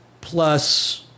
Plus